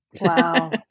Wow